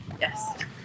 Yes